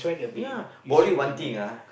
ya body one thing ah